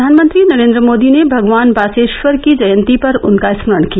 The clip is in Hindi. प्रधानमंत्री नरेन्द्र मोदी ने भगवान बासवेश्वर की जयंती पर उनका स्मरण किया